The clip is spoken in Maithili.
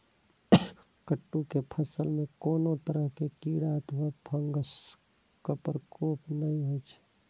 कट्टू के फसल मे कोनो तरह कीड़ा अथवा फंगसक प्रकोप नहि होइ छै